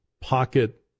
pocket